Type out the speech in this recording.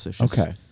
Okay